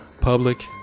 public